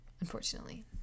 unfortunately